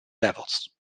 levels